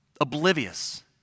oblivious